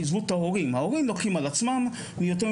ההורים לוקחים על עצמם יותר,